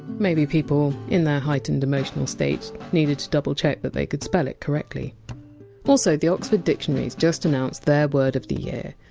maybe people in their heightened emotional state needed to double-check that they could spell it correctly also, the oxford dictionaries just announced that their word of the year.